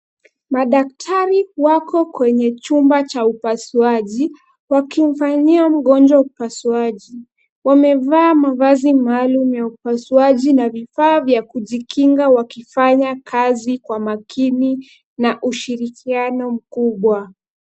Madaktari wako kwenye chumba cha upasuaji, wakimfanyia mgonjwa upasuaji. Wamevaa mavazi maalum ya upasuaji na vifaa vya kujikinga wakifanya kazi kwa makini na ushirikiano mkubwa.